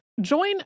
Join